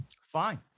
fine